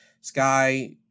Sky